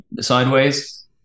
sideways